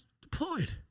deployed